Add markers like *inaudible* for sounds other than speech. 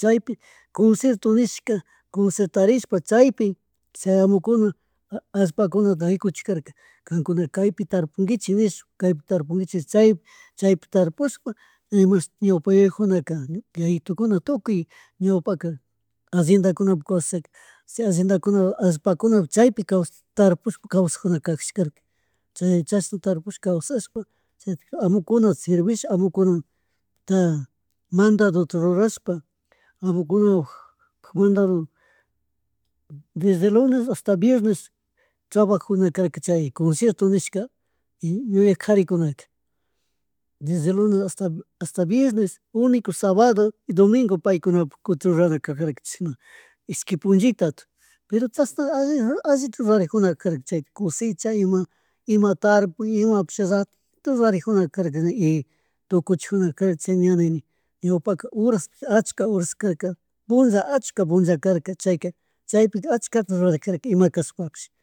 chaypi concierto nihska, concertashpa chaypi chay amukuna allpakunata rikuchijarka *noise* kankunaka kaypi tarpunguichi nishpa kaypi tarpunguichik nishpa kaypi tarpunguichi chaypi *noise* chaypi tarpushpa imashuti ñawpa yuyajunaka ñuka yayaitukuan, tukuy ñawpaka alliendakunapika kaswsasaka *noise* alliendakunapuk allpakun chaypi kawsashpa tarpush pa kawsajunakajashkarka chay, chasna tarpushka kawshashpa chayti amukuna servici amukunata mandadukunata rurahspa amukunapuk mandado *noise* desde lunes hasta viernes trabjajunakarka chay concierto nishkapi y yuyak karikunaka desde lunes hasta viernes único sábado y domingo paykunapuk *unintelligible* kajarka chishna *noise* ishqui punllitata pero chashana *hesitation* allitata rijuna karka chayta kushicha ima *noise* ima tarpuy imapish ratitu rurarijurka karka ni y tukuchijunaka ña nini ñawpaka horasta achka horas karka punlla, akcha punlla karka chayka chaypika akchata ruradorkaka ima kashpapish.